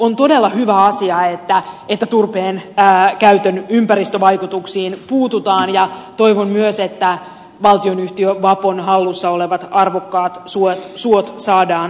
on todella hyvä asia että turpeen käytön ympäristövaikutuksiin puututaan ja toivon myös että valtionyhtiö vapon hallussa olevat arvokkaat suot saadaan suojeluun